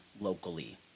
locally